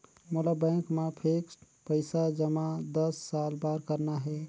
मोला बैंक मा फिक्स्ड पइसा जमा दस साल बार करना हे?